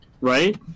Right